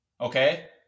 okay